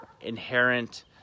inherent